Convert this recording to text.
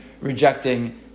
rejecting